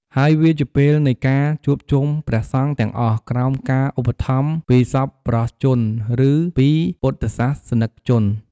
ហើយវាជាពេលនៃការជួបជុំព្រះសង្ឃទាំងអស់ ក្រោមការឧបត្ថម្ភពីសប្បុរសជន ឬពីពុទ្ធសាសនិកជន ។